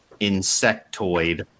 insectoid